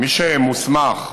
מי שמוסמך